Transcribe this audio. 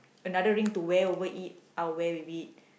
another ring to wear over it I'll wear with it